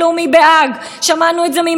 בדיונים בוועדת חוץ וביטחון.